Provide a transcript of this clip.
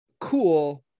Cool